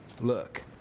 Look